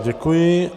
Děkuji.